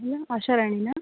ಆಶಾರಾಣಿನ